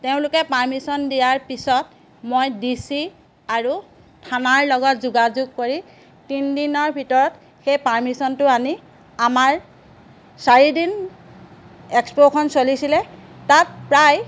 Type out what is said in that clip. তেওঁলোকে পাৰ্মিছন দিয়াৰ পিছত মই ডি চি আৰু থানাৰ লগত যোগাযোগ কৰি তিনিদিনৰ ভিতৰত সেই পাৰ্মিছনটো আনি আমাৰ চাৰিদিন এক্সপ'খন চলিছিলে তাত প্ৰায়